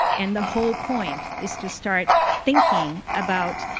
and the whole point is to start thinking about,